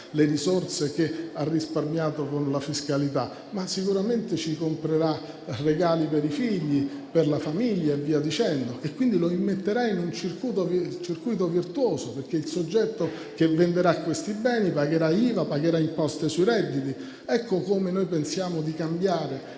le risorse che ha risparmiato con la fiscalità, ma sicuramente le userà per comprare regali per i figli, per la famiglia e via dicendo. Quindi, le immetterà in un circuito virtuoso. Infatti il soggetto che venderà questi beni pagherà IVA e pagherà imposte sui redditi. Ecco come pensiamo di cambiare